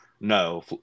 No